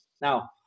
Now